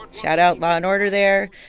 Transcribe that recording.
shout out law and order there.